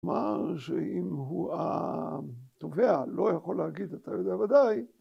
‫כלומר, שאם הוא התובע, ‫לא יכול להגיד, אתה יודע בוודאי.